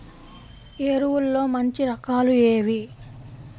ఎరువుల్లో మంచి రకాలు ఏవి?